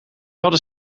hadden